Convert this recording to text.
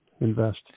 Invest